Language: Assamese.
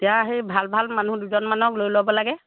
এতিয়া সেই ভাল ভাল মানুহ দুজনমানক লৈ ল'ব লাগে